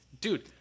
dude